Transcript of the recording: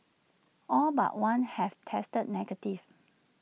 all but one have tested negative